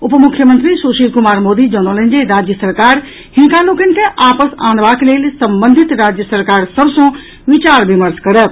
उपमुख्यमंत्री सुशील कुमार मोदी जनौलनि जे राज्य सरकार हिनका लोकनि के आपस आनबाक लेल संबंधित राज्य सरकार सभ सँ विचार विमर्श करत